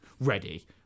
ready